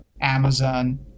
Amazon